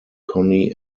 connie